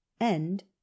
End